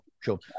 Sure